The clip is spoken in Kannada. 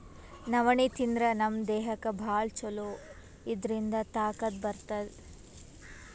ನವಣಿ ತಿಂದ್ರ್ ನಮ್ ದೇಹಕ್ಕ್ ಭಾಳ್ ಛಲೋ ಇದ್ರಿಂದ್ ತಾಕತ್ ಬರ್ತದ್